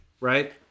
right